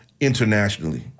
internationally